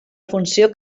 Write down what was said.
funció